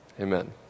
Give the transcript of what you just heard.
Amen